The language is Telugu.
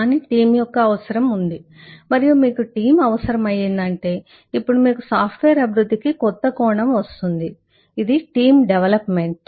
కాని టీం యొక్క అవసరం ఉంది మరియు మీకు టీం అవసరమయ్యిందంటే ఇప్పుడు మీకు సాఫ్ట్వేర్ అభివృద్ధికి కొత్త కోణం వస్తుంది ఇది టీం డెవలప్మెంట్